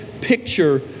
picture